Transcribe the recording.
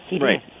Right